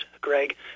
Greg